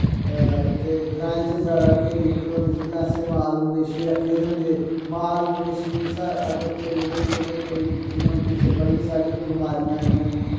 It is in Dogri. इत्थै ग्राएं च जैदा केह् दिक्कत होंदी जि'यां असें माल मवेशी रक्खे दे होंदे माल मवेशी अगर कोई ओह्दे च उ'नें हून पिच्छें बड़ियां सारियां बमारियां आइयां